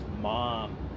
mom